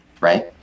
right